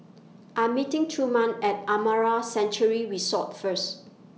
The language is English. I'm meeting Truman At Amara Sanctuary Resort First